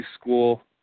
school